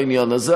בעניין הזה,